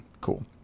Cool